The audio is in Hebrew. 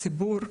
הציבור,